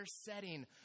setting